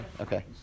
Okay